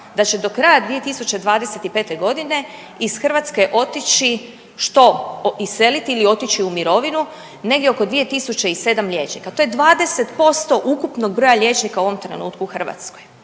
da će do kraja 2025. g. iz Hrvatske otići, što iseliti ili otići u mirovinu, negdje oko 2007 liječnika? To je 20% ukupnog broja liječnika u ovom trenutku u Hrvatskoj.